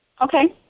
Okay